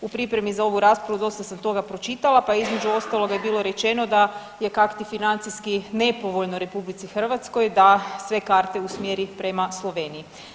U pripremi za ovu raspravu dosta sam toga pročitala, pa između ostaloga je bilo rečeno da je kakti financijski nepovoljno Republici Hrvatskoj da sve karte usmjeri prema Sloveniji.